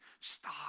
Stop